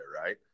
Right